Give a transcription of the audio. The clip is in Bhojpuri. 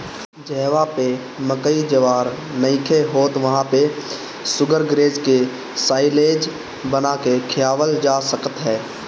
जहवा पे मकई ज्वार नइखे होत वहां पे शुगरग्रेज के साल्लेज बना के खियावल जा सकत ह